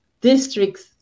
districts